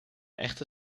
echte